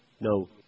no